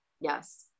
Yes